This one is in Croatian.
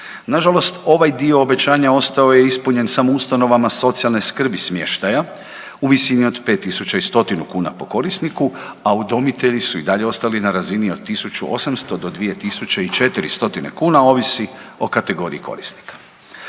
Na žalost ovaj dio obećanja ostao je ispunjen samo ustanovama socijalne skrbi smještaja u visini od 5100 kuna po korisniku, a udomitelji su i dalje ostali na razini 1800 do 2400 stotine kuna ovisno o kategoriji korisnika.